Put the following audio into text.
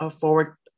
forward